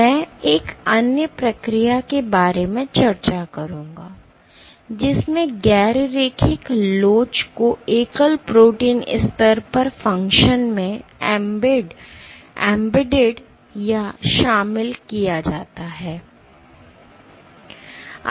मैं एक अन्य प्रक्रिया के बारे में चर्चा करूँगा जिसमें गैर रैखिक लोच को एकल प्रोटीन स्तर पर फ़ंक्शन में एम्बेड या शामिल किया जा सकता है